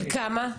של כמה?